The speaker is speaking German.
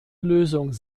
lösung